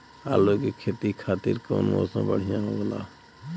आलू के खेती खातिर कउन मौसम बढ़ियां होला?